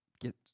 get